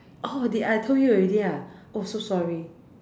oh did I told you already ah oh so sorry